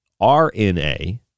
RNA